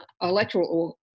Electoral